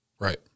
Right